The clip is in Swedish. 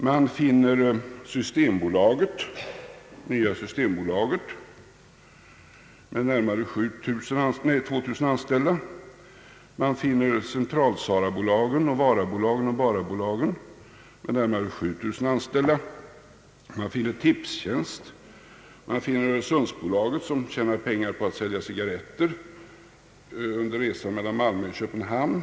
Man finner Nya systembolaget med närmare 2 000 anställda. Man finner Centralsarabolagen, Varabolagen och Barabolagen med närmare 7000 anställda. Man finner Tipstjänst, och man finner Öre sundsbolaget, som tjänar pengar på att sälja cigarretter under resor mellan Malmö och Köpenhamn.